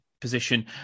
position